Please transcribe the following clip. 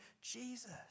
Jesus